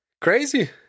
Crazy